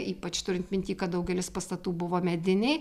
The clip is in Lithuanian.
ypač turint mintyj kad daugelis pastatų buvo mediniai